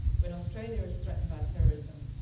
when australia is threatened by terrorism,